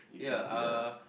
ya uh